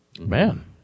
Man